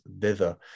thither